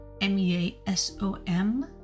M-E-A-S-O-M